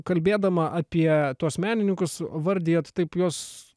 kalbėdama apie tuos menininkus vardijat taip juos